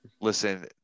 listen